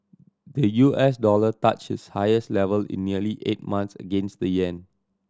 the U S dollar touched its highest level in nearly eight month against the yen